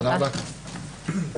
הישיבה ננעלה בשעה 12:35.